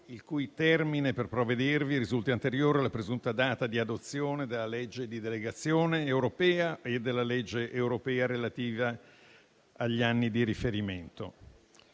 il cui termine per provvedervi risulti anteriore alla presunta data di adozione della legge di delegazione europea e della legge europea relativa agli anni di riferimento.